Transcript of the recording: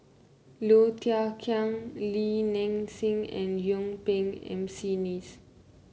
Low Thia Khiang Li Nanxing and Yuen Peng M C Neice